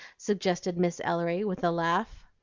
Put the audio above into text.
suggested miss ellery with the laugh.